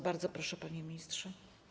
Bardzo proszę, panie ministrze.